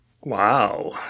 wow